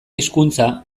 hizkuntza